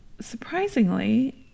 Surprisingly